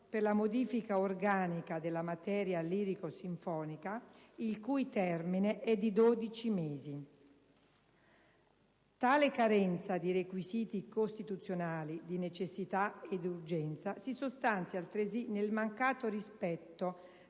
per la modifica organica della materia lirico-sinfonica il cui termine è di 12 mesi). Tale carenza dei requisiti costituzionali di necessità e di urgenza si sostanzia altresì nel mancato rispetto